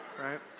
Right